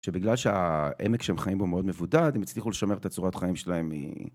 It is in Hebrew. שבגלל שהעמק שהם חיים בו מאוד מבודד, הם הצליחו לשמר את הצורת החיים שלהם מ...